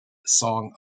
song